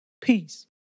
peace